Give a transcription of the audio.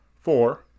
Four